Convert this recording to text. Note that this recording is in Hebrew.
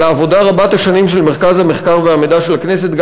על העבודה רבת-השנים של מרכז המחקר והמידע של הכנסת.